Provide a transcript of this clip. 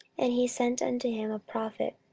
and he sent unto him a prophet,